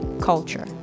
culture